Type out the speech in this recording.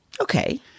Okay